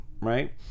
right